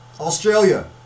Australia